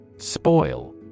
Spoil